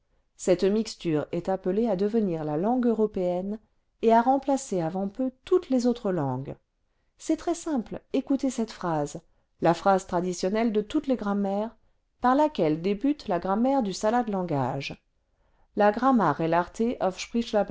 cette mixture est appelée à devenir la langue européenne et à remplacer avant peu toutes les autres langues c'est très simple écoutez cette phrase la phrase traditionnelle de toutes les grammaires par laquelle débute la grammaire du salade langage la grammar e